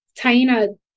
Taina